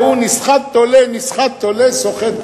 ההוא נסחט, תולה, נסחט, תולה, סוחט תולה.